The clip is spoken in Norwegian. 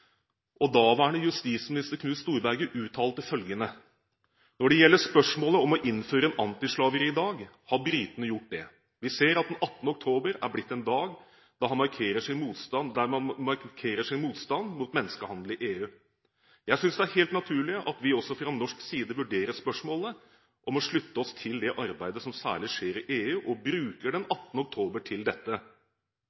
Daværende justisminister Knut Storberget uttalte følgende: «Når det gjelder spørsmålet om å innføre en antislaveridag, har britene gjort det. Vi ser at den 18. oktober er blitt en dag da man markerer sin motstand mot menneskehandel i EU. Jeg syns det er helt naturlig at vi også fra norsk side vurderer spørsmålet om å slutte oss til det arbeidet som særlig skjer i EU, og bruker den